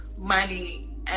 money